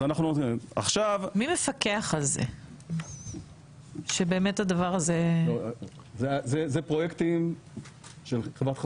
מי מפקח על זה שבאמת הדבר הזה- -- אלו פרויקטים של חברת חשמל.